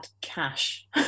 cash